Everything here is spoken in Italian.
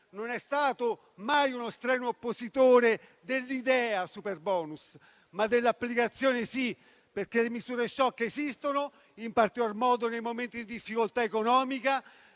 non è stato mai uno strenuo oppositore dell'idea del superbonus, ma dell'applicazione sì, perché le misure *shock* esistono, in particolar modo nei momenti di difficoltà economica.